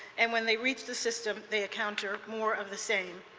and when they reach the system, they counter more of the same.